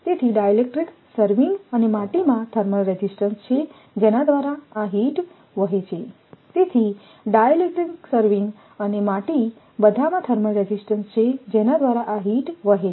તેથી dielectric serving અને માટીમાં થર્મલ રેઝિસ્ટન્સ છે જેના દ્વારા આ હીટ વહે છે તેથી ડાઇલેક્ટ્રિક સર્વિંગ અને માટી બધામાં થર્મલ રેઝિસ્ટન્સ છે જેના દ્વારા આ હીટ વહે છે